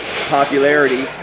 popularity